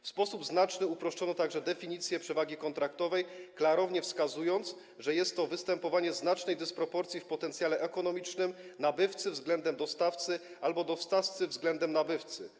W sposób znaczny uproszczono także definicję przewagi kontraktowej, klarownie wskazując, że jest to występowanie znacznej dysproporcji w potencjale ekonomicznym nabywcy względem dostawcy albo dostawcy względem nabywcy.